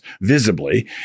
visibly